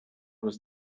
was